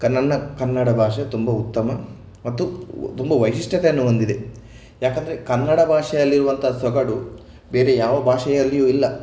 ನನ್ನ ಕನ್ನಡ ಭಾಷೆ ತುಂಬ ಉತ್ತಮ ಮತ್ತು ತುಂಬ ವೈಶಿಷ್ಟ್ಯತೆಯನ್ನು ಹೊಂದಿದೆ ಯಾಕೆಂದರೆ ಕನ್ನಡ ಭಾಷೆಯಲ್ಲಿರುವಂತಹ ಸೊಗಡು ಬೇರೆ ಯಾವ ಭಾಷೆಯಲ್ಲಿಯೂ ಇಲ್ಲ